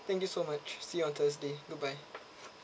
thank you so much see you on thursday goodbye